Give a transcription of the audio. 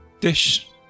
dish